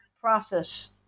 process